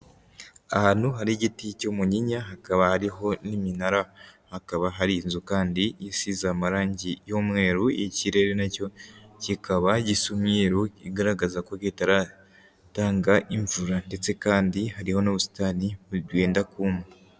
Ahantu hari igiti cy'umunyinya hakaba hariho n'iminara hakaba hari inzu kandi isize amarangi y'umweru, ikirere nacyo kikaba gisa umweru, igaragaza ko kitaratanga imvura ndetse kandi hariho n'ubusitani bwenda kuma.